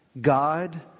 God